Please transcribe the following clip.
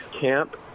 camp